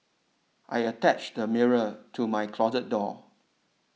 I attached a mirror to my closet door